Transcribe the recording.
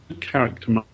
character